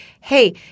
hey